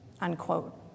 Unquote